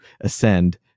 ascend